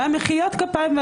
מחיאות הכפיים,